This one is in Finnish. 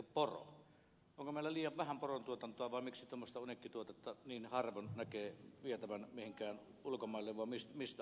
onko meillä liian vähän porontuotantoa vai miksi tuommoista uniikkituotetta niin harvoin näkee vietävän mihinkään ulkomaille vai mistä on kysymys